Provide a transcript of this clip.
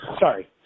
Sorry